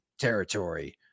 territory